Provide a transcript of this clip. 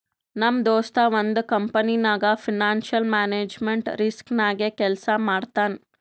ನಮ್ ದೋಸ್ತ ಒಂದ್ ಕಂಪನಿನಾಗ್ ಫೈನಾನ್ಸಿಯಲ್ ಮ್ಯಾನೇಜ್ಮೆಂಟ್ ರಿಸ್ಕ್ ನಾಗೆ ಕೆಲ್ಸಾ ಮಾಡ್ತಾನ್